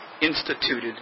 instituted